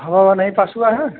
हवा ओवा नहीं पास हुआ है